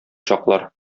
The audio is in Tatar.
чаклар